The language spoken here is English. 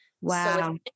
Wow